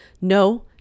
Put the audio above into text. No